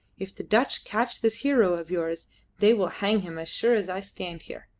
if the dutch catch this hero of yours they will hang him as sure as i stand here.